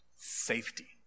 Safety